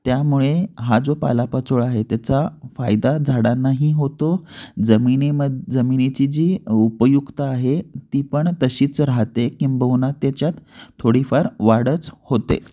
त्यामुळे हा जो पालापाचोळा आहे त्याचा फायदा झाडांनाही होतो जमिनीमद् जमिनीची जी उपयुक्तता आहे ती पण तशीच राहते किंबहुना त्याच्यात थोडीफार वाढच होते